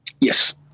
Yes